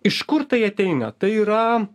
iš kur tai ateina tai yra